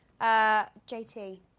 JT